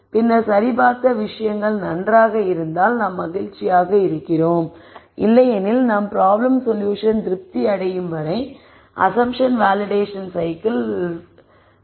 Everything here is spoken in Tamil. பின்னர் சரிபார்த்த விஷயங்கள் நன்றாக இருந்தால் நாம் மகிழ்ச்சியாக இருக்கிறோம் இல்லையெனில் நாம் ப்ராப்ளம் சொல்யூஷன் திருப்தி அடையும் வரை அஸம்ப்டின் வேலிடேஷன் சைக்கிள் வைத்திருக்கிறோம்